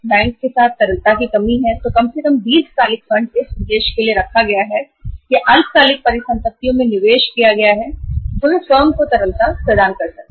और अगर फर्म के साथ बैंक के साथ तरलता की कमी है तो कम से कम दीर्घकालिक फंड को इस उद्देश्य के लिए रखा जाए या अल्पकालिक संपत्तियों में निवेश किया जाए तो वह बैंक को तरलता प्रदान कर सकते हैं